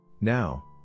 Now